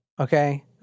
okay